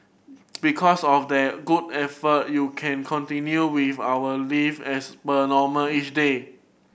because of their good effort you can continue with our live as per normal each day